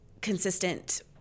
consistent